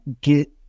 get